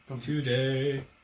today